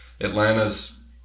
Atlanta's